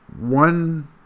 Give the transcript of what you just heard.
One